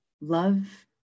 Love